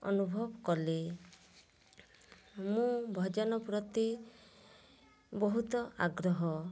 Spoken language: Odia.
ଅନୁଭବ କଲେ ମୁଁ ଭଜନ ପ୍ରତି ବହୁତ ଆଗ୍ରହ